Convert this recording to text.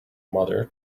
mother